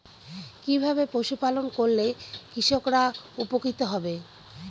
কিভাবে পশু পালন করলেই কৃষকরা উপকৃত হবে?